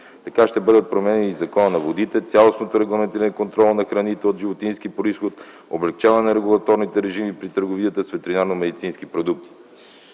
Така ще бъдат променени Законът за водите, цялостното регламентиране и контрола на храните от животински произход, облекчаване на регулаторните режими при търговията с ветеринарно медицински продукти.